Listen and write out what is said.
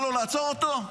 בא לו לעצור אותו?